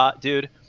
dude